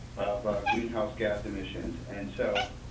greenhouse gas emissions and so.